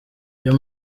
byo